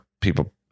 people